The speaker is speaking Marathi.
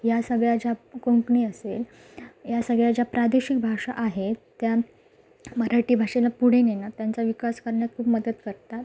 ह्या सगळ्या ज्या कोंकणी असेल ह्या सगळ्या ज्या प्रादेशिक भाषा आहे त्या मराठी भाषेला पुढे नेण्यात त्यांचा विकास करण्यात खूप मदत करतात